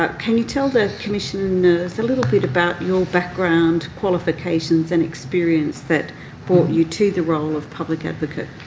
ah can you tell the commission a little bit about your background qualifications and experience that brought you to the role of public advocate?